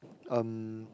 um